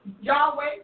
Yahweh